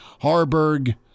Harburg